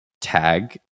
tag